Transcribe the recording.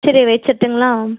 சரி வச்சுர்ட்டுங்ளா